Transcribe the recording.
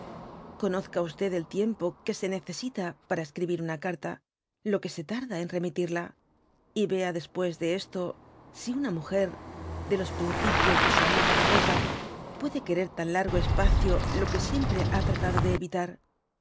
conozca el tiempo que se necesita para escribir una carta lo que se tarda en remitirla j y vea después de esto si una múgcr de los principios de su amada devota puede querer tan largo espacio lo que siempre ha tratado de evitar